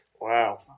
Wow